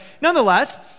nonetheless